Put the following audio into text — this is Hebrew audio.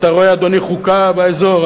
אדוני, אתה רואה חוקה באזור?